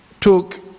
took